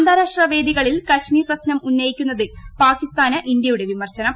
അന്താരാഷ്ട്ര വേദിക്ളിൽ കാശ്മീർ പ്രശ്നം ഉന്നയിക്കുന്നതിൽ പാകിസ്ഥാന് ഇന്ത്യയുടെ വിമർശനം